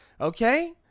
Okay